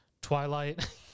Twilight